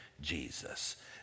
Jesus